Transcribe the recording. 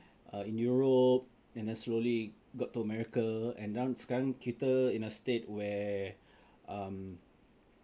err in Euro and then slowly got to America and now sekarang kan kita in a state where um